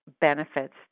benefits